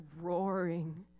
roaring